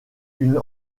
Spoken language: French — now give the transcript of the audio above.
une